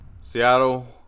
Seattle